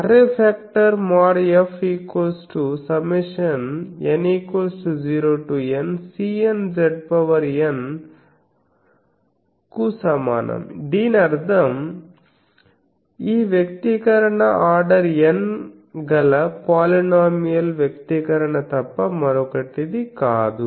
array factor │F│ │Σn0 to NCn Zn│ కు సమానం దీని అర్థం ఈ వ్యక్తీకరణ ఆర్డర్ n గల పోలీనోమియల్ వ్యక్తీకరణ తప్ప మరొకటి కాదు